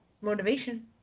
Motivation